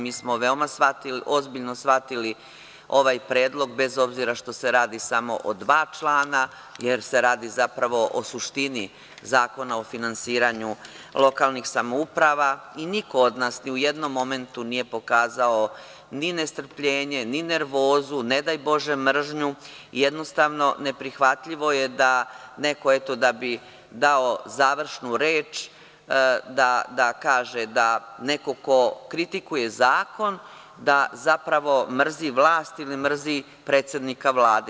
Mi smo veoma ozbiljno shvatili ovaj predlog, bez obzira što se radi samo o dva člana, jer se radi zapravo o suštini Zakona o finansiranju lokalnih samouprava i niko od nas ni u jednom momentu nije pokazao ni nestrpljenje, ni nervozu, ne daj bože mržnju, jednostavno, neprihvatljivo je da neko eto da bi dao završnu reč, da kaže da neko ko kritikuje zakon, da zapravo mrzi vlast ili mrzi predsednika Vlade.